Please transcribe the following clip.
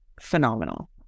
phenomenal